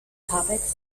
topics